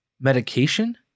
medication